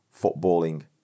footballing